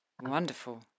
Wonderful